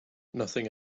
nothing